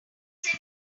sent